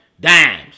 Dimes